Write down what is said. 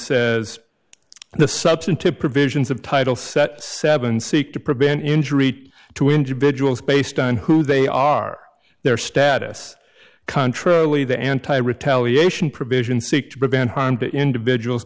says the substantive provisions of title set seven seek to prevent injury to individuals based on who they are their status contrarily the anti retaliation provision seek to prevent harm to individuals